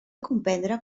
comprendre